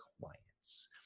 clients